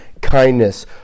kindness